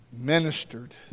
ministered